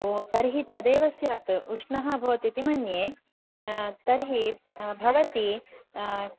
ओ तर्हि तदेव स्यात् उष्णः भवति इति मन्ये तर्हि भवति